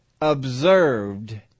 observed